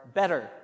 better